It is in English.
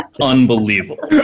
unbelievable